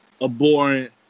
abhorrent